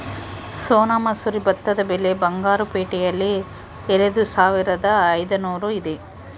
ಸೋನಾ ಮಸೂರಿ ಭತ್ತದ ಬೆಲೆ ಬಂಗಾರು ಪೇಟೆಯಲ್ಲಿ ಎರೆದುಸಾವಿರದ ಐದುನೂರು ಇದೆ